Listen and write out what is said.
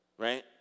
right